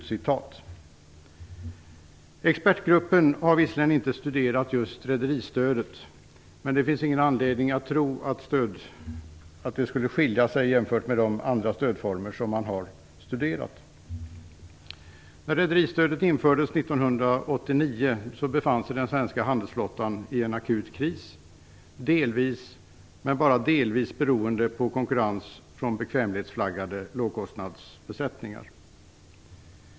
Expertgruppen har visserligen inte studerat just rederistödet. Men det finns ingen anledning att tro att det skulle skilja sig från de andra stödformer som man har studerat. När rederistödet infördes 1989 befann sig den svenska handelsflottan i en akut kris, delvis - men bara delvis - beroende på konkurrens från bekvämlighetsflaggade lågkostnadsbesättningar.